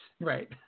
right